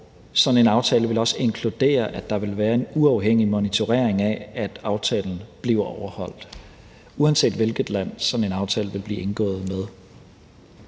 sådan en aftale vil også inkludere, at der vil være en uafhængig monitorering af, at aftalen bliver overholdt, uanset hvilket land sådan en aftale vil blive indgået med.